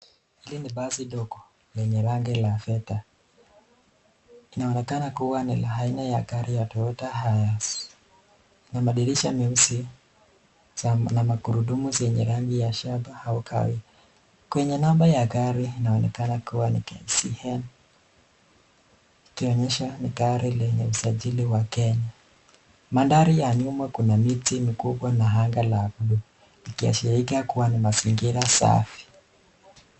Hili ni basi dogo lenye rangi la Fedha. Linaonekana kua ni la aina ya gari Toyota Hiace. Lina madirisha meusi sanaa na magurudumu ya rangi ya shada au kawi. Kwenye namba ya gari inaonekana kua ni KCN likionyesha ni gari lenye usajili wa Kenya. Mandhari ya nyuma kuna miti mikubwa na madhari ya bluu ikiashiria kua ni mazingira safi.